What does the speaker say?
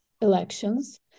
elections